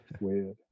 weird